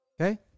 Okay